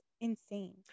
insane